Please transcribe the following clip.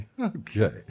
Okay